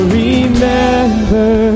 remember